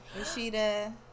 Rashida